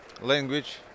language